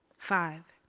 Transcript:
five